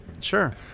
Sure